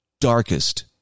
darkest